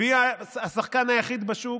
והיא השחקן היחיד בשוק,